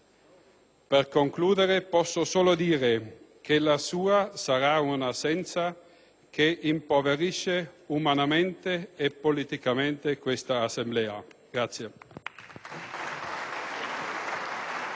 Per concludere, posso solo dire che la sua sarà un'assenza che impoverisce umanamente e politicamente questa Assemblea.